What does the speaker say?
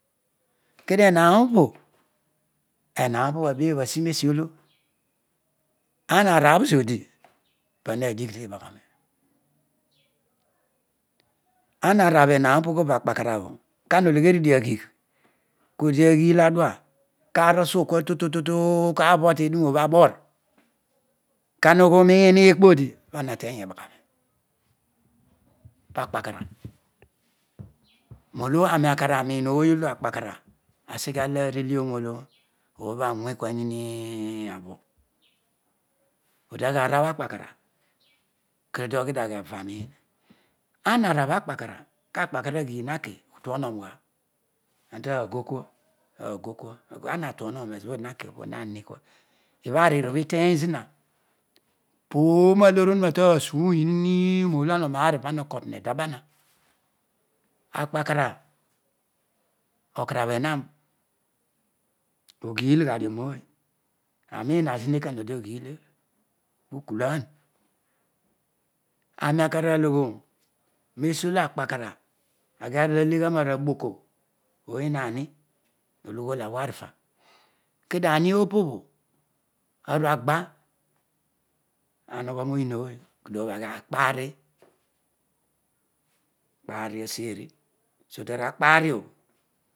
Kedio ehan opo, ehan opdiho abebh ai roesiolo ana arowh zodi ana ha digh tubagharo ana rabh eharo opobho ughool akpara oblo kura oleghe ridio akigh kodi agii adual karosro kuatu tuaan kabho teduroobho abor kana ughi uooiin iikpo odi pana hateny iibaghani pakpakrabh roolo aaroi akararoiih ooy olo akpakarabh aseghe areii arelelon roolo ooj obho awe kuaniyi abho, odiaghi arabh akpakaraabh odi ogtudio akiara aron awa arabh akpa kara ka akparkara aghii haki udioroon ugha auta gokua, agokue anatuoreo ezobho odihakikua podi nawi kua ibha aruru obho itey zina pooroa hoorohuna tasuua nini rogho ana oroaror no pana okotora eduba na akpakara okarabh ehare ogill ghadio roooy aroiin hazina odi oghilio kulan aroiakara loghooro mesiolo akpakara aghi alegha maraboko, pouiun ani oloughool awarifa kedio ani opobho aruagba rooyrin ooy kedio ooy obho aghi akpari kpari aseeri.